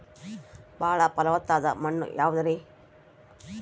ಬಾಳ ಫಲವತ್ತಾದ ಮಣ್ಣು ಯಾವುದರಿ?